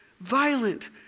violent